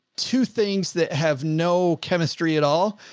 two things that have no chemistry at all.